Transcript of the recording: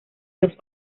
los